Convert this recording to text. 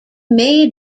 may